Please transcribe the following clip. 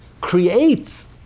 creates